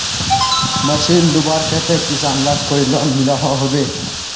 Machine लुबार केते किसान लाक कोई लोन मिलोहो होबे?